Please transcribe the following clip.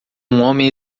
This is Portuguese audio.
homem